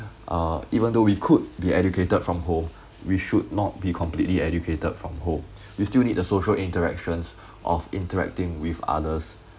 uh even though we could be educated from home we should not be completely educated from home we still need the social interactions of interacting with others